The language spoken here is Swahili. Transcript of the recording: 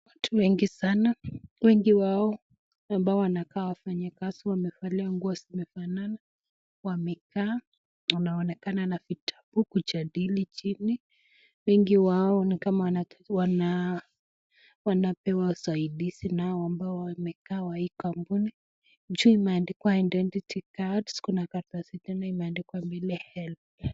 Watu wengi sana, wengi wao ambao wanakaa wafanyikazi wamevalia nguo zimefanana , wamekaa wanonekana na vitabu kujadili chini , wengi wao ni kama wanapewa usaidizi, na hao mabao wamekaa wa kampuni, juu imeandikwa identity cards kuna karatasi tena imeandikwa help .